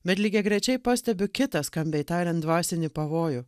bet lygiagrečiai pastebiu kitą skambiai tariant dvasinį pavojų